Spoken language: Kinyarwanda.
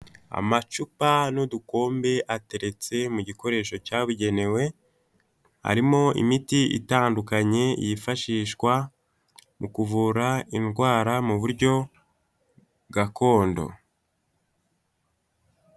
Amacupa n'udukombe, ateretse mu gikoresho cyabugenewe, arimo imiti itandukanye yifashishwa mu kuvura indwara mu buryo gakondo.